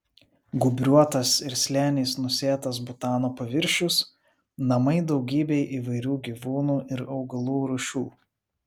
gūbriuotas ir slėniais nusėtas butano paviršius namai daugybei įvairių gyvūnų ir augalų rūšių